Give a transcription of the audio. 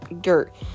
dirt